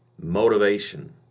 motivation